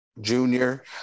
junior